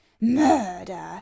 murder